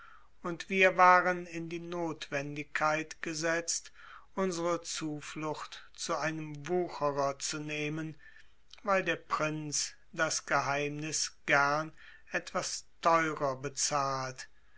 und wir waren in die notwendigkeit gesetzt unsre zuflucht zu einem wucherer zu nehmen weil der prinz das geheimnis gern etwas teurer bezahlt